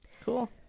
cool